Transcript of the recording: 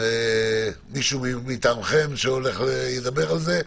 מישהו מטעמכם ידבר על זה?